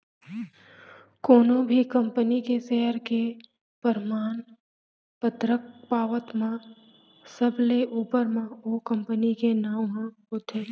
कोनो भी कंपनी के सेयर के परमान पतरक पावत म सबले ऊपर म ओ कंपनी के नांव ह होथे